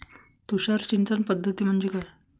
तुषार सिंचन पद्धती म्हणजे काय?